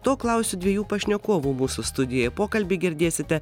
to klausiu dviejų pašnekovų mūsų studijoje pokalbį girdėsite